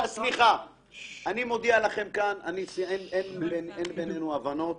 אני מודיע לכם כאן שאין בינינו הבנות.